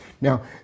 Now